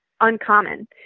uncommon